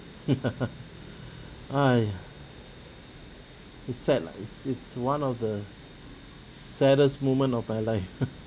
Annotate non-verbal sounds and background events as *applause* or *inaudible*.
*laughs* !aiya! it's sad lah it's it's one of the saddest moment of my life *laughs*